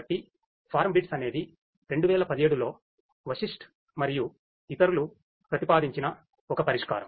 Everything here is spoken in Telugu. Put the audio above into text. కాబట్టి ఫార్మ్బీట్స్ అనేది 2017 లో వశిష్ట్ మరియు ఇతరులు ప్రతిపాదించిన ఒక పరిష్కారం